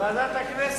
ועדת הכנסת,